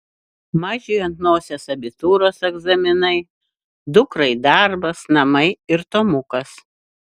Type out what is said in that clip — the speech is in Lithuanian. mažiui ant nosies abitūros egzaminai dukrai darbas namai ir tomukas